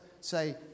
say